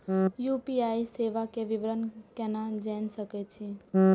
UPI सेवा के विवरण केना जान सके छी?